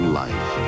life